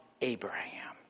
Abraham